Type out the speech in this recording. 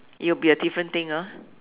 it would be a different thing orh